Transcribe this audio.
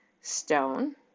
stone